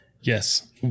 Yes